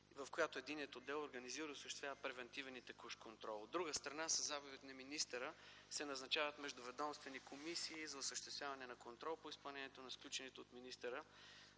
В нея единият отдел организира и осъществява превантивен и текущ контрол. От друга страна, със заповед на министъра, се назначават междуведомствени комисии за осъществяване на контрол по изпълнението на сключените от министъра